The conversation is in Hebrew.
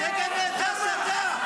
--- תגנה את ההסתה,